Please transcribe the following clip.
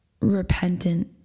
repentant